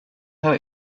her